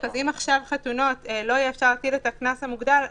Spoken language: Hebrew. אם עכשיו בחתונות לא יהיה אפשר להטיל את הקנס המוגדל,